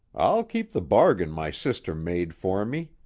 i'll keep the bargain my sister made for me,